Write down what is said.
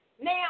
Now